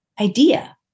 idea